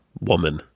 Woman